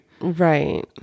Right